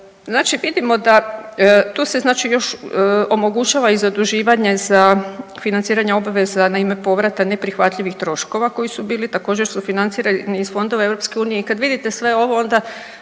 Znači vidimo da, tu se znači još omogućava i zaduživanje za financiranje obveza na ime povrata neprihvatljivih troškova koji su bili također sufinancirani iz fondova EU i kad vidite sve ovo onda